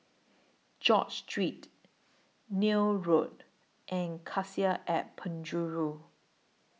George Street Neil Road and Cassia At Penjuru